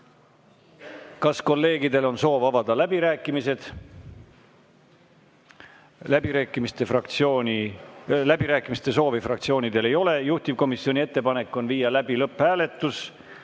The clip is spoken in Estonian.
Kas kolleegidel on soovi avada läbirääkimisi? Läbirääkimiste soovi fraktsioonidel ei ole. Juhtivkomisjoni ettepanek on viia läbi lõpphääletus.